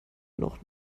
noch